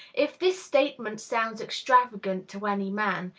if this statement sounds extravagant to any man,